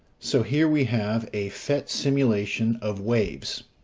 so here we have a phet simulation of waves.